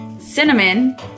cinnamon